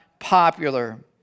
popular